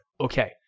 okay